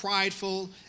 prideful